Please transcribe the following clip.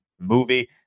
movie